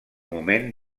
moment